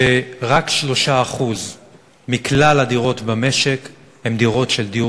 שרק 3% מכלל הדירות במשק הם דירות של דיור